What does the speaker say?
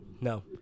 No